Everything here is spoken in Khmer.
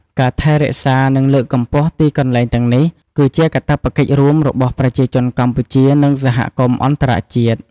ការថែរក្សា និងលើកកម្ពស់ទីកន្លែងទាំងនេះ គឺជាកាតព្វកិច្ចរួមរបស់ប្រជាជនកម្ពុជា និងសហគមន៍អន្តរជាតិ។